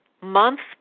months